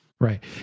Right